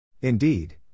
Indeed